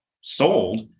sold